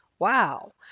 Wow